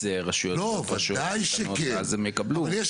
רשויות --- ואז הם יקבלו --- ודאי שכן.